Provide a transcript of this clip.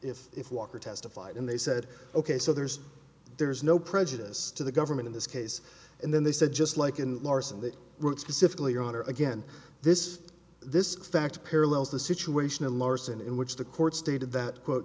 if if walker testified and they said ok so there's there's no prejudice to the government in this case and then they said just like in larsson that wrote specifically your honor again this this fact parallels the situation in larson in which the court stated that quote